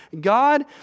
God